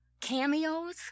cameos